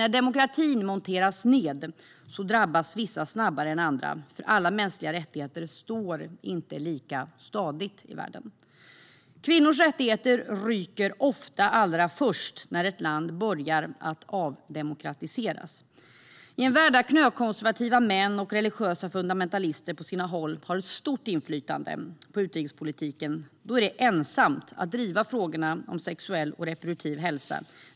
När demokratin monteras ned drabbas vissa snabbare än andra, för alla mänskliga rättigheter står inte lika stadigt i världen. Kvinnors rättigheter ryker ofta allra först när ett land börjar avdemokratiseras. I en värld där knökkonservativa män och religiösa fundamentalister på sina håll har ett stort inflytande på utrikespolitiken är det ensamt att driva frågor om sexuell och reproduktiv hälsa.